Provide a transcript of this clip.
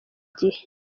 gihe